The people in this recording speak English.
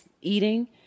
eating